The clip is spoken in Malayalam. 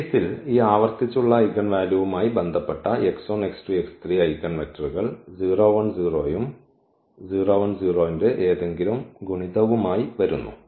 ഈ കേസിൽ ഈ ആവർത്തിച്ചുള്ള ഐഗൻ വാല്യൂവുമായി ബന്ധപ്പെട്ട x1 x2 x3 ഐഗൻവെക്റ്റർകൾ 0 1 0 ഉം ഈ 0 1 0 ന്റെ ഏതെങ്കിലും ഗുണിതവുമായി വരുന്നു